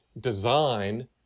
design